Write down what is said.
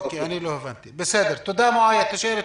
אני רוצה לפנות